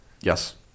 Yes